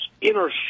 inner